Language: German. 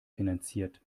finanziert